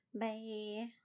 bye